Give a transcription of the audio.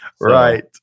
right